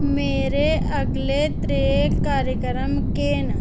मेरे अगले त्रै कार्यक्रम केह् न